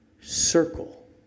circle